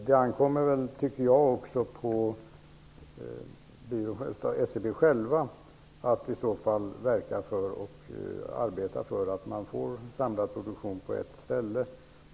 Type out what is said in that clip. Det ankommer på SCB att verka för att produktionen samlas på ett ställe.